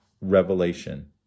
Revelation